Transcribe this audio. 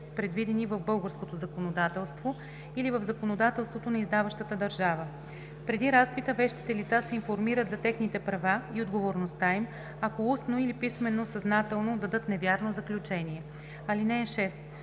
предвидени в българското законодателство или в законодателството на издаващата държава. Преди разпита вещите лица се информират за техните права и отговорността им, ако устно или писмено съзнателно дадат невярно заключение. (6)